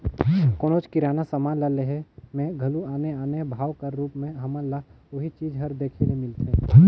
कोनोच किराना समान ल लेहे में घलो आने आने भाव कर रूप में हमन ल ओही चीज हर देखे ले मिलथे